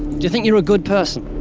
do you think you're a good person?